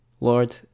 Lord